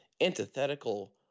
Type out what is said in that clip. antithetical